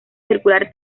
circular